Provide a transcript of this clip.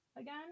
again